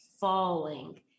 falling